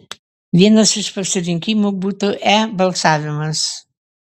vienas iš pasirinkimų būtų e balsavimas